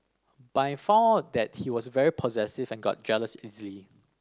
but I found out that he was very possessive and got jealous easily